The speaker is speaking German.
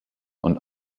und